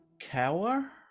Cower